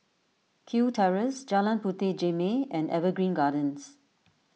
Kew Terrace Jalan Puteh Jerneh and Evergreen Gardens